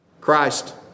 Christ